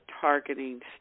targeting